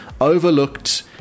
overlooked